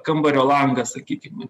kambario langą sakykime